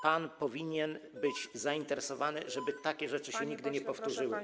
Pan powinien być zainteresowany tym, żeby takie rzeczy się nigdy nie powtórzyły.